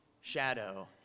shadow